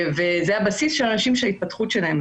וזה בסיס ההתפתחות התעסוקתית של הצעירים.